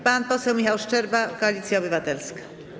Pan poseł Michał Szczerba, Koalicja Obywatelska.